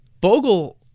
Bogle